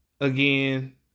Again